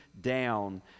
down